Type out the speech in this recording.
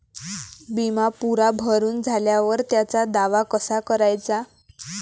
बिमा पुरा भरून झाल्यावर त्याचा दावा कसा कराचा?